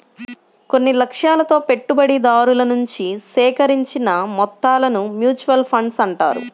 కొన్ని లక్ష్యాలతో పెట్టుబడిదారుల నుంచి సేకరించిన మొత్తాలను మ్యూచువల్ ఫండ్స్ అంటారు